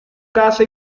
casa